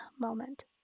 moment